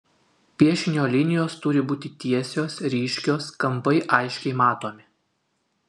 piešinio linijos turi būti tiesios ryškios kampai aiškiai matomi